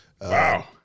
Wow